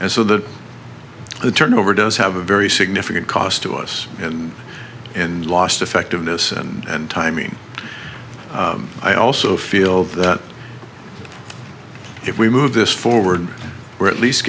and so the turnover does have a very significant cost to us and in lost effectiveness and timing i also feel that if we move this forward we're at least